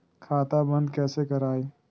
खाता बंद कैसे करिए?